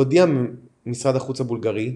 הודיע משרד החוץ הבולגרי,